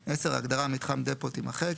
(מטרו);"; ההגדרה "מתחם דפו" תימחק,